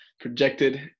projected